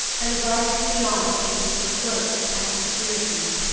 and the darkness beyond seems full of cloaks and conspiracies.